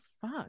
fuck